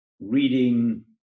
reading